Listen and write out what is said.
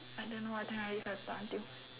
I don't know what time are we supposed to talk until